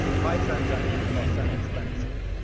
high transaction costs and expenses.